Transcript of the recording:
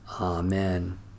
Amen